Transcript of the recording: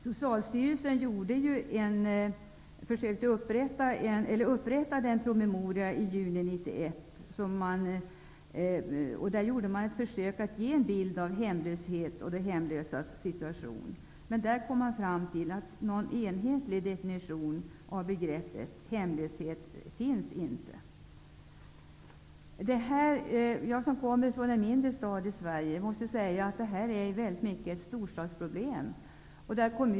Socialstyrelsen upprättade en promemoria i juni 1991, där man försökte att ge en bild av hemlöshet och de hemlösas situation, men man kom fram till att det inte fanns någon enhetlig definition av begreppet hemlöshet. Jag kommer från en mindre stad i Sverige, och jag ser därför detta väldigt mycket som ett storstadsproblem.